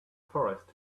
forest